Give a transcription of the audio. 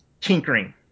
tinkering